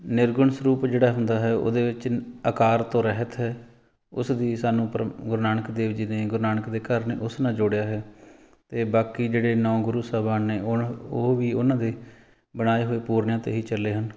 ਨਿਰਗੁਣ ਸਰੂਪ ਜਿਹੜਾ ਹੁੰਦਾ ਹੈ ਉਹਦੇ ਵਿੱਚ ਆਕਾਰ ਤੋਂ ਰਹਿਤ ਹੈ ਉਸ ਦੀ ਸਾਨੂੰ ਪ੍ਰ ਗੁਰੂ ਨਾਨਕ ਦੇਵ ਜੀ ਨੇ ਗੁਰੂ ਨਾਨਕ ਦੇ ਘਰ ਨੇ ਉਸ ਨਾਲ ਜੋੜਿਆ ਹੈ ਅਤੇ ਬਾਕੀ ਜਿਹੜੇ ਨੌਂ ਗੁਰੂ ਸਾਹਿਬਾਨ ਨੇ ਉਨ੍ਹ ਉਹ ਵੀ ਉਹਨਾਂ ਦੇ ਬਣਾਏ ਹੋਏ ਪੂਰਨਿਆਂ 'ਤੇ ਹੀ ਚੱਲੇ ਹਨ